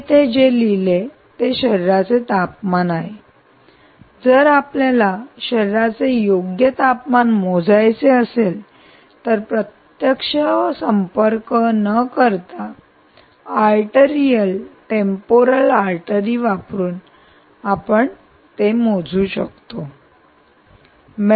मी येथे जे लिहिले ते शरीराचे तापमान आहे जर आपल्याला शरीराचे योग्य तापमान मोजायचे असेल तर प्रत्यक्ष संपर्क न करता आर्टरीयल टेंपोरल आर्टरी वापरून मोजू शकतो